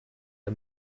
der